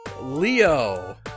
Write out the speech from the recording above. Leo